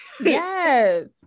yes